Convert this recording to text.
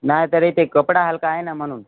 नाही तरी ते कपडा हलका आहे ना म्हणून